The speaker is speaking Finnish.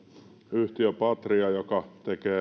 yhtiö patria joka